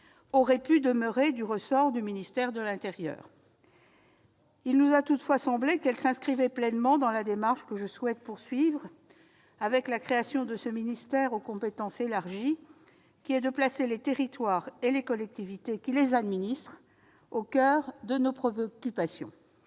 -aurait pu demeurer du ressort du ministère de l'intérieur. Il nous a toutefois semblé qu'elle s'inscrivait pleinement dans la démarche que je souhaite poursuivre, dans le cadre de ce ministère aux compétences élargies, qui est de placer les territoires et les collectivités qui les administrent au coeur de nos préoccupations.